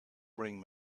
bring